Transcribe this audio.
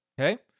Okay